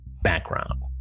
background